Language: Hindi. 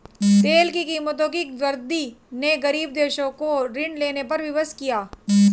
तेल की कीमतों की वृद्धि ने गरीब देशों को ऋण लेने पर विवश किया